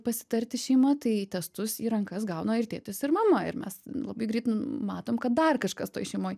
pasitarti šeima tai testus į rankas gauna ir tėtis ir mama ir mes labai greit matom kad dar kažkas toj šeimoj